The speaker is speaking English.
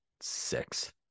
six